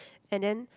and then